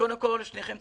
קודם כול, שניכם צודקים.